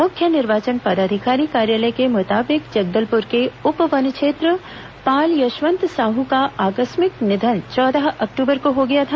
मुख्य निर्वाचन पदधिकारी कार्यालय के मुताबिक जगलदपुर के उप वन क्षेत्रपाल यशवंत साहू का आकस्मिक निधन चौदह अक्टूबर को हो गया था